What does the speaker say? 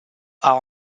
are